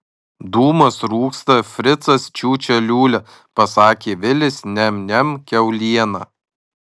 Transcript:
dūmas rūksta fricas čiūčia liūlia pasakė vilis niam niam kiaulieną